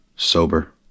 sober